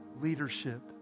leadership